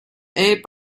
eight